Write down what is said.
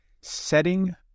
setting